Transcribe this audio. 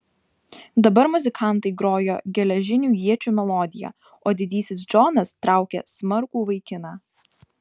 dabar muzikantai grojo geležinių iečių melodiją o didysis džonas traukė smarkų vaikiną